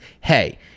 hey